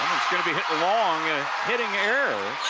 going to be hit long, ah hitting error.